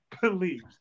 believes